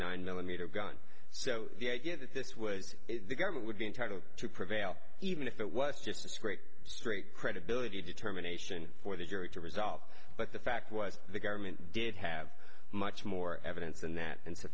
nine millimeter gun so the idea that this was the government would be entitled to prevail even if it was just a scrape street credibility determination for the jury to resolve but the fact was the government did have much more evidence than that